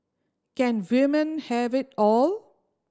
can women have it all